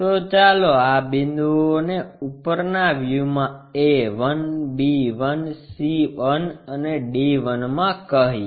તો ચાલો આ બિંદુઓને ઉપરના વ્યૂ માં a 1 b 1 c 1 અને d 1 કહીએ